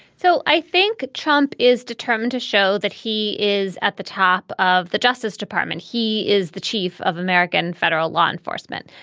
so i think trump is determined to show that he is at the top of the justice department. he is the chief of american federal law enforcement.